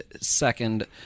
Second